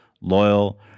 loyal